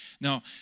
Now